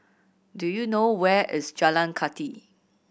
do you know where is Jalan Kathi